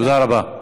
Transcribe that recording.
תודה רבה.